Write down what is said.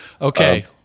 Okay